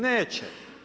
Neće.